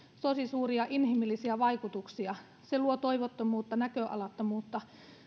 tosi suuria inhimillisiä vaikutuksia se luo toivottomuutta näköalattomuutta